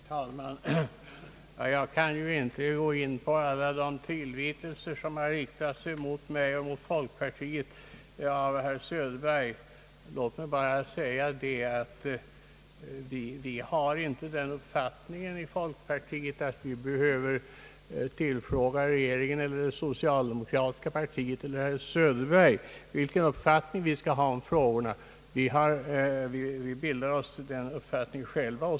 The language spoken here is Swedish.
Herr talman! Jag kan ju inte gå in på alla de tillvitelser som här har riktats mot mig och mot folkpartiet. Låt mig bara säga, herr Söderberg, att vi inte har den uppfattningen i folkpartiet, att vi behöver tillfråga regeringen eller det socialdemokratiska partiet eller herr Söderberg om vilka synpunkter vi bör anlägga på dessa frågor — vi bildar oss en uppfattning själva.